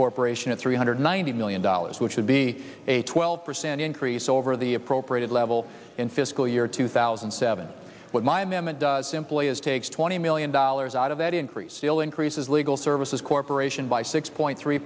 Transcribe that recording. corporation a three hundred ninety million dollars which would be a twelve percent increase over the appropriated level in fiscal year two thousand and seven with my m m and simply as takes twenty million dollars out of that increase still increases legal services corporation by six point three